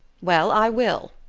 well, i will,